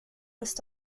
ist